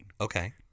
Okay